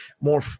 more